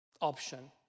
option